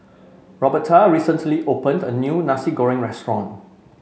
Roberta recently opened a new Nasi Goreng restaurant